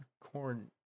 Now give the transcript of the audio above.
Corn